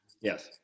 Yes